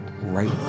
Right